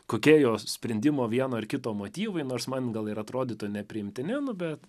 kokie jo sprendimo vieno ar kito motyvai nors man gal ir atrodytų nepriimtini bet